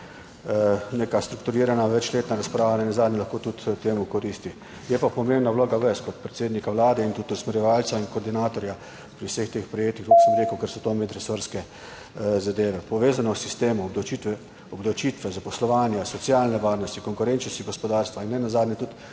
Neka strukturirana večletna razprava nenazadnje lahko tudi temu koristi. Je pa pomembna vloga vas kot predsednika Vlade in tudi usmerjevalca in koordinatorja pri vseh teh projektih, kot sem rekel, ker so to medresorske zadeve, povezane s sistemom obdavčitve, zaposlovanja, socialne varnosti, konkurenčnosti gospodarstva in nenazadnje tudi